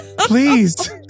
Please